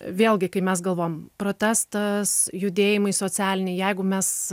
vėlgi kai mes galvojam protestas judėjimai socialiniai jeigu mes